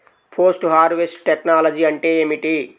Post harvest technology అంటే ఏమిటి?